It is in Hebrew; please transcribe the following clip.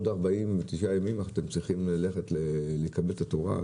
בעוד 49 ימים אתם צריכים לקבל את התורה.